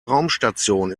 raumstation